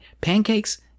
pancakes